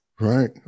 Right